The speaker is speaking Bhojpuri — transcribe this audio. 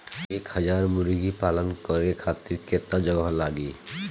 एक हज़ार मुर्गी पालन करे खातिर केतना जगह लागी?